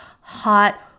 hot